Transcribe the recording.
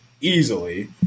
easily